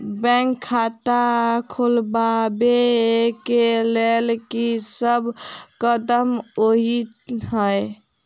Bank खाता खोलबाबै केँ लेल की सब कदम होइ हय?